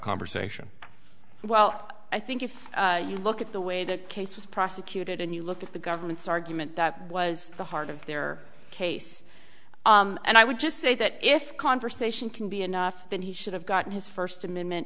conversation well i think if you look at the way the case was prosecuted and you look at the government's argument that was the heart of their case and i would just say that if conversation can be enough that he should have gotten his first amendment